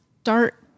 start